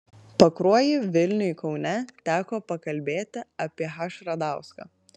pakruojy vilniuj kaune teko pakalbėti apie h radauską